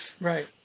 right